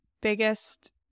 biggest